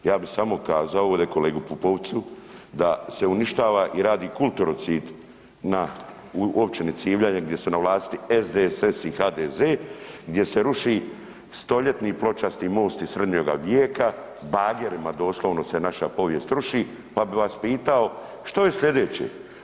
Ja bi samo kazao ovdje kolegu Pupovcu da se uništava i radi kulturocid na općini Civljane gdje su na vlasti SDSS i HDZ, gdje se ruši stoljetni pločasti most iz Srednjoga vijeka, bagerima doslovno se naša povijest ruši, pa bi vas pitao što je slijedeće?